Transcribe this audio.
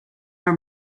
her